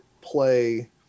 play